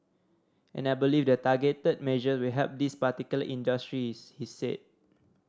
and I believe the targeted measure will help these particular industries he said